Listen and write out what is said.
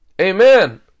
Amen